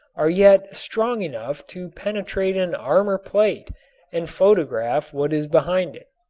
are yet strong enough to penetrate an armorplate and photograph what is behind it.